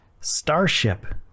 Starship